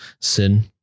sin